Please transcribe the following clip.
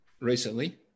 recently